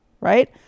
right